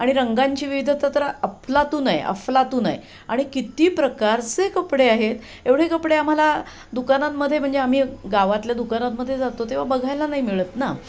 आणि रंगांची विविधता तर अफलातून आहे अफलातून आहे आणि किती प्रकारचे कपडे आहेत एवढे कपडे आम्हाला दुकानांमध्ये म्हणजे आम्ही गावातल्या दुकानांमध्ये जातो तेव्हा बघायला नाही मिळत ना